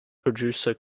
producer